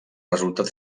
resultat